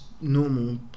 normal